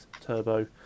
Turbo